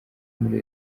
muri